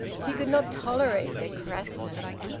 he could not tolerate their crassness.